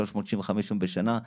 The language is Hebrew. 365 יום בשנה,